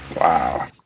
Wow